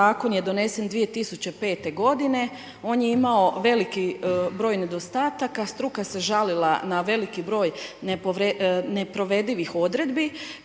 zakon je donesen 2005. godine. On je imao veliki broj nedostataka, struka se žalila na veliki broj neprovedivih odredbi